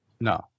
No